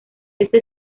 este